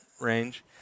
range